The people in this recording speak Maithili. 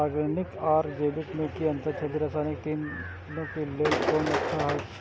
ऑरगेनिक आर जैविक में कि अंतर अछि व रसायनिक में तीनो क लेल कोन अच्छा अछि?